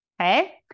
Okay